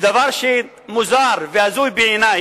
דבר שמוזר והזוי בעיני.